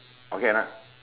okay or not